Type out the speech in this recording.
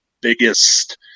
biggest